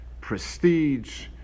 prestige